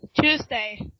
Tuesday